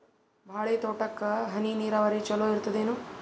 ಬಾಳಿ ತೋಟಕ್ಕ ಹನಿ ನೀರಾವರಿ ಚಲೋ ಇರತದೇನು?